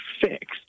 fixed